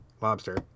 lobster